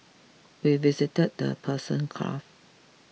we visited the Persian Gulf